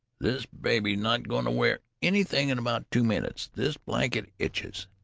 this baby's not going to wear anything in about two minutes. this blanket itches.